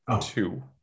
two